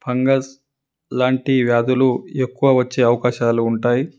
fungus లాంటి వ్యాధులు ఎక్కువ వచ్చే అవకాశాలు ఉంటాయి